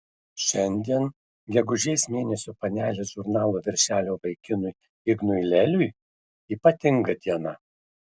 šiandien gegužės mėnesio panelės žurnalo viršelio vaikinui ignui leliui ypatinga diena